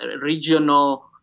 regional